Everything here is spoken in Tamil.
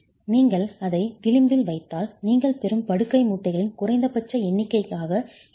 நீங்கள் அதை விளிம்பில் வைத்தால் நீங்கள் பெறும் படுக்கை மூட்டுகளின் குறைந்தபட்ச எண்ணிக்கையாக இது இருக்கும்